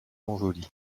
montjoly